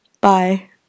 Bye